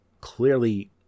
clearly